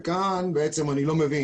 כאן אני לא מבין.